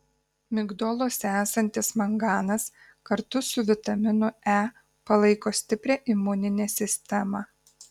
migdoluose esantis manganas kartu su vitaminu e palaiko stiprią imuninę sistemą